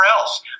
else